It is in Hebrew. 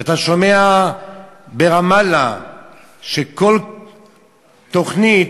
אתה שומע שברמאללה כל תוכנית,